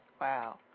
Wow